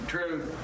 True